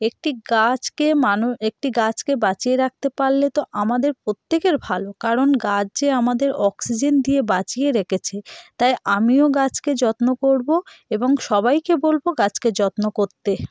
একটি গাছকে মানুষ একটি গাছকে বাঁচিয়ে রাখতে পারলে তো আমাদের প্রত্যেকের ভালো কারণ গাছ যে আমাদের অক্সিজেন দিয়ে বাঁচিয়ে রেখেছে তাই আমিও গাছকে যত্ন করব এবং সবাইকে বলব গাছকে যত্ন করতে